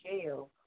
jail